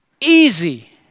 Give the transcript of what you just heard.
easy